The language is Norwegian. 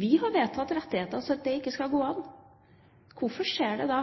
Vi har vedtatt rettigheter slik at det ikke skal gå an. Hvorfor skjer det da?